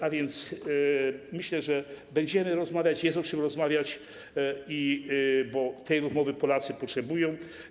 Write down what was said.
A więc myślę, że będziemy rozmawiać, jest o czym rozmawiać, bo tej rozmowy Polacy potrzebują.